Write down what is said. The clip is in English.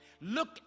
Look